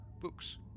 books